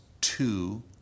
two